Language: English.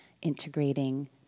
integrating